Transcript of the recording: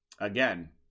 Again